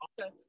Okay